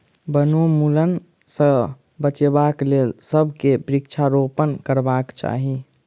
वनोन्मूलनक सॅ बचाबक लेल सभ के वृक्षारोपण करबाक चाही